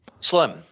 Slim